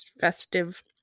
festive